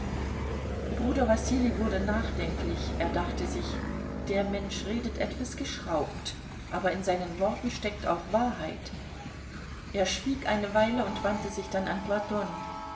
bruder wassilij wurde nachdenklich er dachte sich der mensch redet etwas geschraubt aber in seinen worten steckt auch wahrheit er schwieg eine weile und wandte sich dann an platon